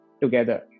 together